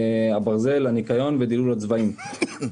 הברזל, הניקיון ודילול הצבעים.